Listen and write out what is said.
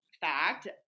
fact